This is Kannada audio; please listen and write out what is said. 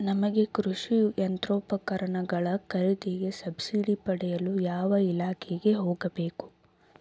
ನಮಗೆ ಕೃಷಿ ಯಂತ್ರೋಪಕರಣಗಳ ಖರೀದಿಗೆ ಸಬ್ಸಿಡಿ ಪಡೆಯಲು ಯಾವ ಇಲಾಖೆಗೆ ಹೋಗಬೇಕು?